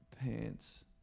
Pants